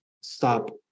stop